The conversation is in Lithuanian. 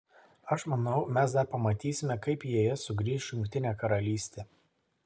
aš manau mes dar pamatysime kaip į es sugrįš jungtinė karalystė